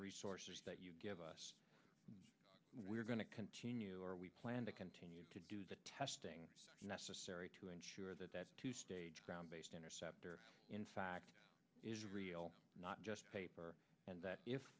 resources that you give us we're going to continue or we plan to continue to do the testing necessary to ensure that that ground based interceptor in fact is real not just paper and that if